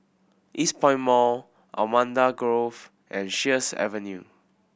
Eastpoint Mall Allamanda Grove and Sheares Avenue